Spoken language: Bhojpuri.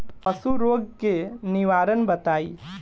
पशु रोग के निवारण बताई?